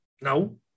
No